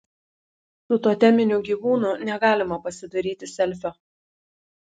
su toteminiu gyvūnu negalima pasidaryti selfio